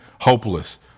hopeless